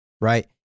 Right